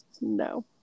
no